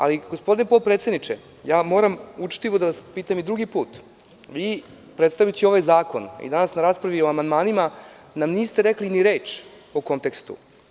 Ali, gospodine potpredsedniče, moram učtivo da vas pitam po drugi put, predstavljajući ovaj zakon i danas na raspravi o amandmanima, niste nam rekli ni reč o kontekstu.